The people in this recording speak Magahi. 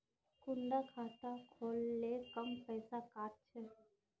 कुंडा खाता खोल ले कम पैसा काट छे?